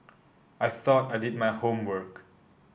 I thought I did my homework